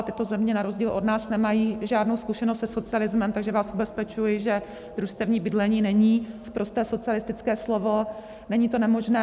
Tyto země na rozdíl od nás nemají žádnou zkušenost se socialismem, takže vás ubezpečuji, že družstevní bydlení není sprosté socialistické slovo, není to nemožné.